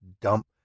dump